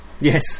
Yes